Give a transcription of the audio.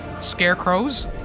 Scarecrows